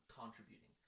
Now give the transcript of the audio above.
contributing